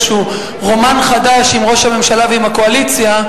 רומן חדש עם ראש הממשלה ועם הקואליציה,